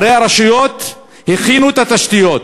הרי הרשויות הכינו את התשתיות,